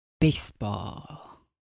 baseball